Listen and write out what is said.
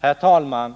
Herr talman!